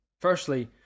Firstly